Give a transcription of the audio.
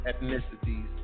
ethnicities